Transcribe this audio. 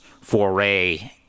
foray